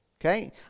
Okay